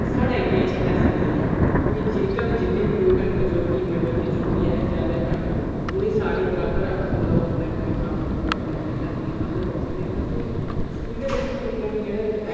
ते साढ़े इंडिया च ऐसा निं ऐ एह् जेह्का बी जिन्ने बी लोक है'न मेजोरिटी माइनाॅरिटी जेह्की बी ऐ जादै घट्ट ओह् सारें ई बराबर हक थ्होंदा ओह् अपने अपने कम्म मतलब अपने अपने धर्म गी फाॅलो करदे होर स्कूलें बिच बी मतलब जेह्ड़ा